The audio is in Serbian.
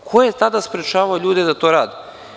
Ko je tada sprečavao ljude da to rade?